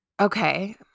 Okay